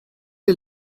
est